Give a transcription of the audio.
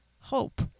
hope